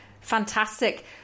Fantastic